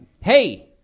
hey